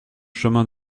chemin